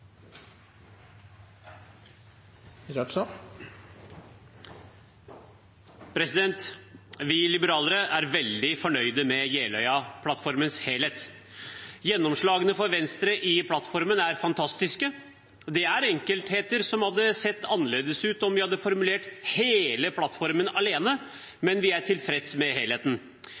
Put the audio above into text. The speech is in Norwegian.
større forskjeller. Vi liberalere er veldig fornøyd med Jeløya-plattformens helhet. Gjennomslagene for Venstre i plattformen er fantastiske. Det er enkeltheter som hadde sett annerledes ut om vi hadde formulert hele plattformen alene, men vi er tilfreds med